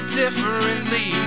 differently